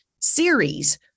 series